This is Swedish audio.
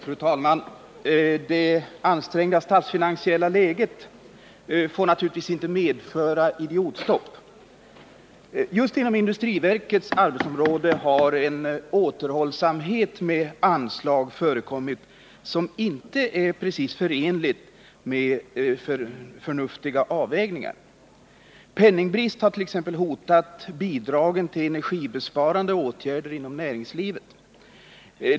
Fru talman! Det ansträngda statsfinansiella läget får naturligtvis inte medföra idiotstopp. Just inom industriverkets arbetsområde har en återhållsamhet med anslag förekommit som inte precis är förenlig med förnuftiga avvägningar. Penningbrist har t.ex. hotat bidragen till energibesparande åtgärder inom näringslivet.